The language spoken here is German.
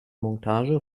montage